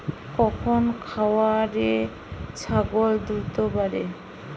কোন খাওয়ারে ছাগল দ্রুত বাড়ে?